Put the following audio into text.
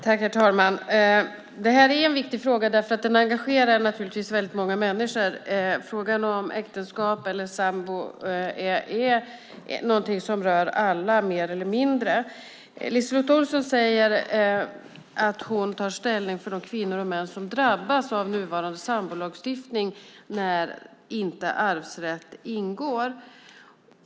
Herr talman! Det här är en viktig fråga eftersom den engagerar många människor. Frågan om äktenskap eller sambo är något som rör alla mer eller mindre. LiseLotte Olsson säger att hon tar ställning för de kvinnor och män som drabbas av nuvarande sambolagstiftning där inte arvsrätt ingår.